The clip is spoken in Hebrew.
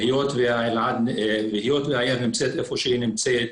היות והעיר נמצאת איפה שהיא נמצאת,